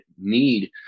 need